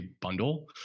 bundle